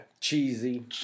Cheesy